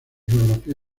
geografía